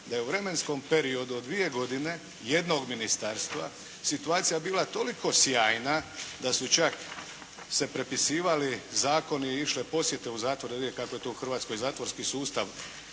da je u vremenskom periodu od dvije godine jednog ministarstva situacija bila toliko sjajna da su čak se prepisivali zakoni i išle posjete u zatvor da se vidi kakav je to u Hrvatskoj zatvorski sustav